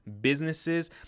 businesses